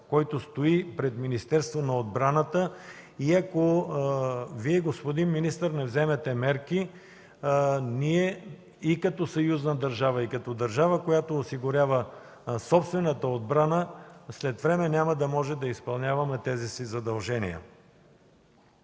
който стои пред Министерството на отбраната. Ако Вие, господин министър, не вземете мерки, ние и като съюзна държава, и като държава, която осигурява собствената отбрана, след време няма да може да изпълняваме тези си задължения.